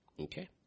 okay